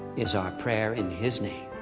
is our prayer in his name.